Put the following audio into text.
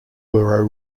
were